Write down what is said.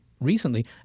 recently